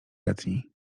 letni